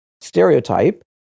stereotype